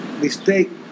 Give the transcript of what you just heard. mistake